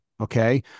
okay